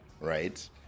right